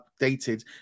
updated